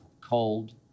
cold